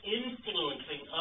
influencing